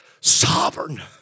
Sovereign